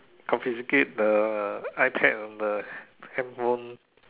confiscate the iPad and the hand phone